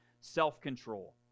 self-control